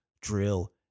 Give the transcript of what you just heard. drill